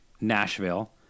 Nashville